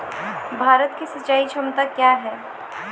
भारत की सिंचाई क्षमता क्या हैं?